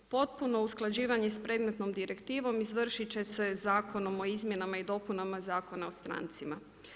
Potpuno usklađivanje s predmetnom direktivom izvršit će se zakonom o izmjenama i dopunama Zakona o strancima.